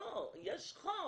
"לא, יש חוק".